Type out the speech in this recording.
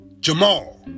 Jamal